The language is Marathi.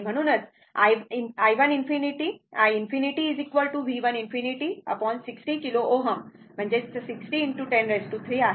म्हणूनच i ∞ V 1 ∞ 60 किलो Ω म्हणजेच 60✕ 103 आहे